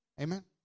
Amen